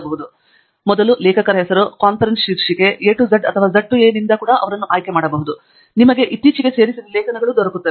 ನೀವು ಮೊದಲ ಲೇಖಕರ ಹೆಸರು ಕಾನ್ಫರೆನ್ಸ್ ಶೀರ್ಷಿಕೆ ಎ ಟು ಝಡ್ ಅಥವಾ ಝಡ್ ಎ ನಿಂದ ಕೂಡಾ ಅವರನ್ನು ಆಯ್ಕೆಮಾಡಬಹುದು ಮತ್ತು ನಿಮಗೆ ಇತ್ತೀಚೆಗೆ ಸೇರಿಸಿದ ಲೇಖನಗಳು ಇತ್ಯಾದಿ